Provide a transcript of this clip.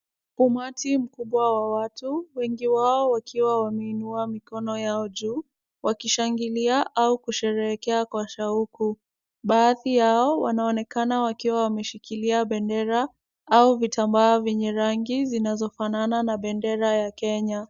Umati mkubwa wa watu, wengi wao wakiwa wameinua mikono yao juu wakishangilia au kusherehekea kwa shauku. Baadhi yao wanaonekana wakiwa wameshikilia bendera au vitambaa vyenye rangi zinazofanana na bendera ya Kenya.